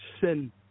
sin